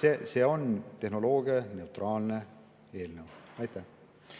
See on tehnoloogianeutraalne eelnõu. Aitäh!